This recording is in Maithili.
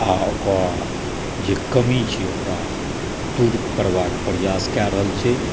आ ओकरा जे कमी छै ओकरा दूर करबाक प्रयास कए रहल छै